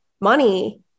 money